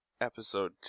Episode